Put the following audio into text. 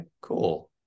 cool